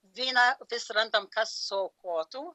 vyną vis randam kas suaukotų